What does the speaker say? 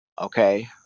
Okay